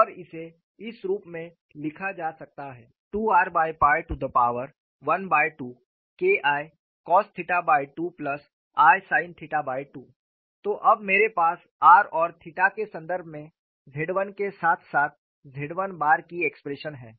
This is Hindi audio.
और इसे इस रूप में लिखा जा सकता है 2r12KIcos2isin 2 तो अब मेरे पास r और थीटा के संदर्भ में Z 1 के साथ साथ Z 1 बार की एक्सप्रेशन है